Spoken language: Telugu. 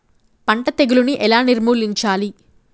పంట తెగులుని ఎలా నిర్మూలించాలి?